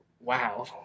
Wow